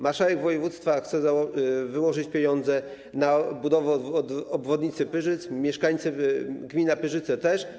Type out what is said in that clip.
Marszałek województwa chce wyłożyć pieniądze na budowę obwodnicy Pyrzyc, mieszkańcy, gmina Pyrzyce też.